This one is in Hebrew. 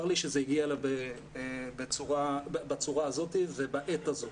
צר לי שזה הגיע בצורה הזאת ובעת הזאת.